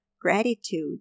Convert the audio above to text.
gratitude